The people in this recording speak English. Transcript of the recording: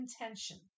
intention